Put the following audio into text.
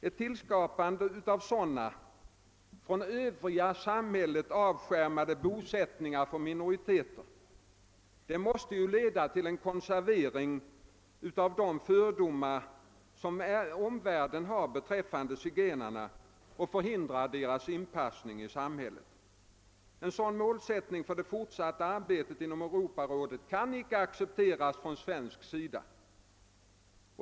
Ett tillskapande av sådana från det övriga samhället avskärmade bosättningar för minoriteter måste leda till en konservering av de fördomar som omvärlden har beträffande zigenarna och förhindra dessas inpassning i samhället. En sådan målsättning för det fortsatta arbetet inom Europarådet kan icke accepteras från svensk sida.